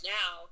now